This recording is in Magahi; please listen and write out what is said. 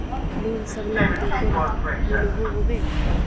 लोन सबला बैंकोत मिलोहो होबे?